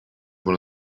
one